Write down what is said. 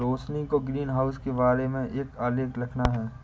रोशिनी को ग्रीनहाउस के बारे में एक आलेख लिखना है